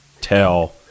tell